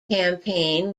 campaign